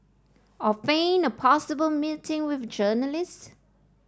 or feign a possible meeting with journalists